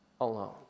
alone